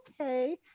Okay